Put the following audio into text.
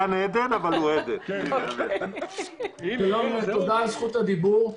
ותודה עבור רשות הדיבור.